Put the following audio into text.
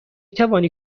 توانی